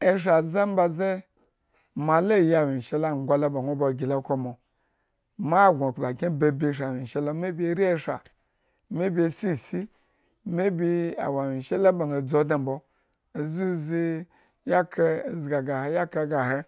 eshra ze mba ze mo la yi anwyeshe lo yi anwyeshe ango lo, ba nwo ba gile okhron mo. ma gno ekplaky en babi. ishri anwyeshe. la ba ñaa dzu odne mbo azuzii, ayakre azi gre he, yakre gre ahe